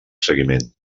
seguiment